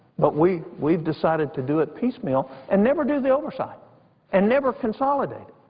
but we've we've decided to do it piecemeal and never do the oversight and never consolidate.